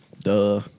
Duh